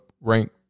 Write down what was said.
ranked